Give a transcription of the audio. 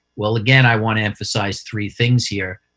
well, again, i want to emphasize three things here.